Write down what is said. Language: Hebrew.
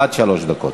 עד שלוש דקות.